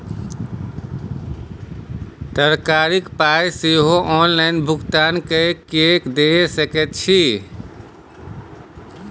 तरकारीक पाय सेहो ऑनलाइन भुगतान कए कय दए सकैत छी